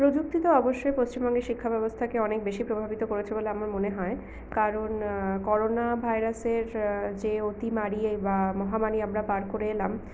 প্রযুক্তি তো অবশ্যই পশ্চিমবঙ্গের শিক্ষাব্যবস্থাকে অনেক বেশি প্রভাবিত করেছে বলে আমার মনে হয় কারণ করোনা ভাইরাসের যে অতিমারী বা মহামারী আমরা পার করে এলাম